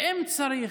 ואם צריך,